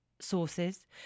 sources